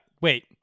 Wait